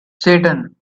satan